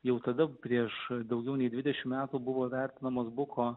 jau tada prieš daugiau nei dvidešim metų buvo vertinamos buko